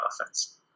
offense